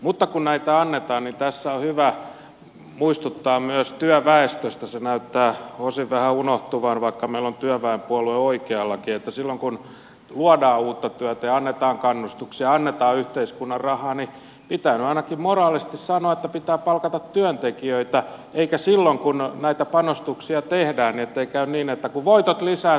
mutta kun näitä annetaan niin tässä on hyvä muistuttaa myös työväestöstä se näyttää osin vähän unohtuvan vaikka meillä on työväenpuolue oikeallakin että silloin kun luodaan uutta työtä ja annetaan kannustuksia annetaan yhteiskunnan rahaa pitää nyt ainakin moraalisesti sanoa että pitää palkata työntekijöitä ettei silloin kun näitä panostuksia tehdään käy niin että kun voitot lisääntyvät niin työntekijät vähenevät